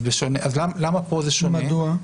למה כאן זה שונה?